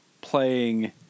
playing